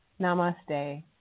Namaste